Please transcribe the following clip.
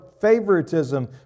favoritism